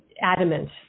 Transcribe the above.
adamant